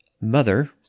mother